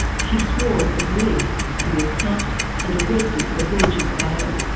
she swore at the police and was cuffed and arrested for breach of bail.